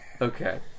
Okay